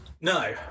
No